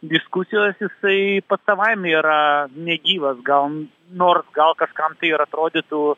diskusijos jisai pats savaime yra negyvas gal nors gal kažkam tai ir atrodytų